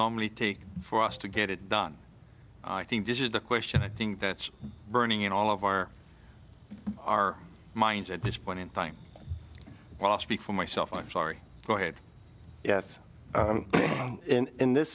normally take for us to get it done i think this is the question i think that's burning in all of our our minds at this point in time well i'll speak for myself i'm sorry go ahead yes in this